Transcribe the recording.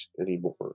anymore